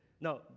No